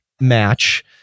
match